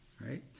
right